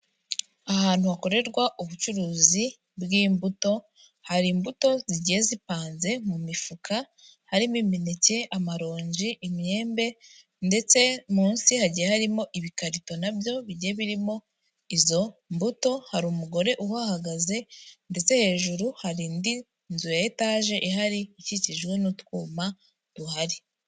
Ahantu hakorerwa ubucuruzi bw'imbuto, hari imbuto zigiye zipanze mu mifuka harimo imineke, amaronji, imyembe ndetse munsi hagiye harimo ibikarito na byo bigiye birimo izo mbuto, hari umugore uhagaze ndetse hejuru hari indi nzu ya etaje ihari ikikijwe n'utwuma duhari.